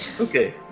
Okay